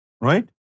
Right